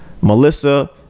melissa